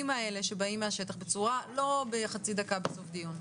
האלה שבאים מהשטח בצורה לא בחצי דקה בסוף דיון,